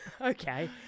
Okay